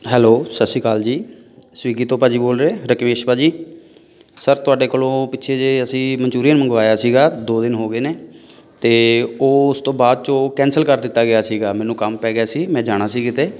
hello Sat Sri Akal ji Swiggy ਤੋਂ ਭਾਅ ਜੀ ਬੋਲ ਰਹੇ ਰਕਵੇਸ਼ ਭਾਅ ਜੀ ਸਰ ਤੁਹਾਡੇ ਕੋਲੋਂ ਪਿੱਛੇ ਜੇ ਅਸੀਂ ਮਨਚੂਰੀਅਨ ਮੰਗਵਾਇਆ ਸੀਗਾ ਦੋ ਦਿਨ ਹੋ ਗਏ ਨੇ ਅਤੇ ਉਹ ਉਸ ਤੋਂ ਬਾਅਦ 'ਚੋਂ ਕੈਂਸਲ ਕਰ ਦਿੱਤਾ ਗਿਆ ਸੀਗਾ ਮੈਨੂੰ ਕੰਮ ਪੈ ਗਿਆ ਸੀ ਮੈਂ ਜਾਣਾ ਸੀ ਕਿਤੇ